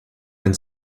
been